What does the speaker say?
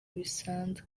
bisanzwe